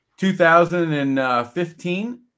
2015